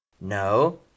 No